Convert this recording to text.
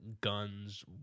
guns